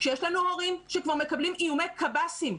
כשיש לנו הורים שכבר מקבלים איומי קב"סים.